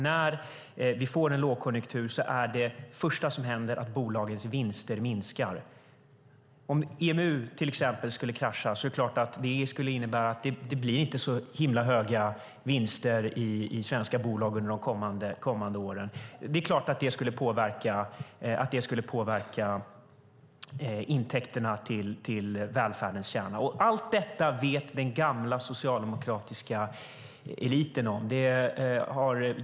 När vi får en lågkonjunktur är det första som händer att bolagens vinster minskar. Om EMU till exempel skulle krascha skulle det såklart innebära att det inte blir så himla höga vinster i svenska bolag under de kommande åren. Det är klart att det skulle påverka intäkterna till välfärdens kärna. Allt detta vet den gamla socialdemokratiska eliten om.